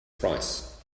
price